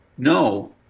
No